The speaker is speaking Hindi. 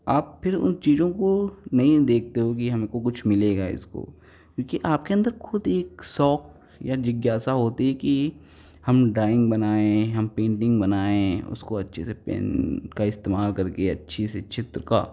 आप फ़िर उन चीज़ों को नहीं देखते हो कि हमको कुछ मिलेगा इसको क्योंकि आपके अंदर खुद एक शौक या जिज्ञासा होती है कि हम ड्राइंग बनाए हम पेंटिंग बनाए उसको अच्छे से पेन का इस्तेमाल करके अच्छी सी चित्र का